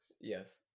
yes